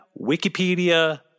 Wikipedia